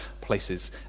places